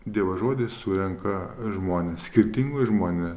dievo žodis surenka žmones skirtingą žmonę